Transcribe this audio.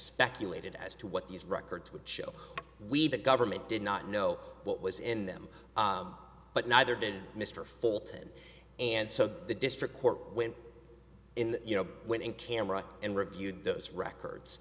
speculated as to what these records would show we'd the government did not know what was in them but neither did mr fulton and so the district court went in you know when in camera and reviewed those records